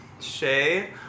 Shay